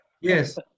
Yes